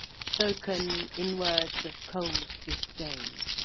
spoken in words of cold disdain.